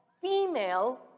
female